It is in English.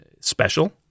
special